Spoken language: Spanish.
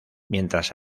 mientras